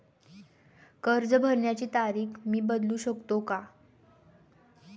कर्ज भरण्याची तारीख मी बदलू शकतो का?